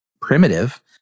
primitive